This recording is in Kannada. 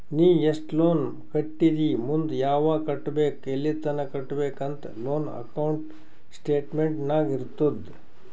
ನೀ ಎಸ್ಟ್ ಲೋನ್ ಕಟ್ಟಿದಿ ಮುಂದ್ ಯಾವಗ್ ಕಟ್ಟಬೇಕ್ ಎಲ್ಲಿತನ ಕಟ್ಟಬೇಕ ಅಂತ್ ಲೋನ್ ಅಕೌಂಟ್ ಸ್ಟೇಟ್ಮೆಂಟ್ ನಾಗ್ ಇರ್ತುದ್